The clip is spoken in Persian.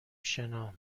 شنا